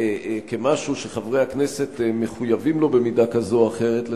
כמשהו שחברי הכנסת מחויבים לו במידה כזאת או אחרת,